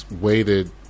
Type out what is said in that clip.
waited